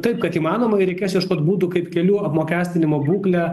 taip kad įmanoma ir reikės ieškot būdų kaip kelių apmokestinimo būklę